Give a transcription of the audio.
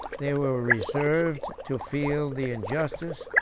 they were reserved to feel the injustice,